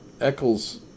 Eccles